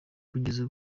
kugeza